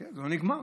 חכה, זה לא נגמר.